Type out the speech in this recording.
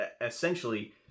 essentially